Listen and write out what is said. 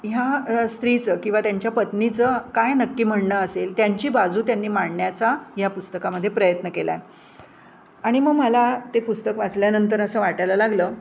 ह्या स्त्रीचं किंवा त्यांच्या पत्नीचं काय नक्की म्हणणं असेल त्यांची बाजू त्यांनी मांडण्याचा ह्या पुस्तकामध्ये प्रयत्न केला आहे आणि मग मला ते पुस्तक वाचल्यानंतर असं वाटायला लागलं